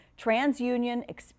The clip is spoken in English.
TransUnion